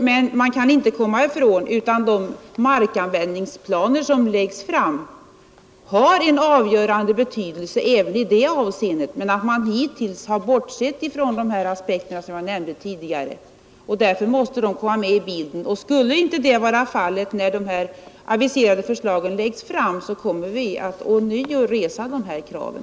Men vi kan inte komma ifrån att de markanvändningsplaner som läggs fram har en väsentlig betydelse även i detta avseende. Hittills har man bortsett från de aspekter som jag nämnde, och därför måste de nu komma med i bilden. Skulle inte det vara fallet när de aviserade förslagen läggs fram, kommer vi ånyo att resa de här kraven.